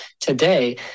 today